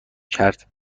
کرد